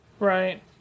Right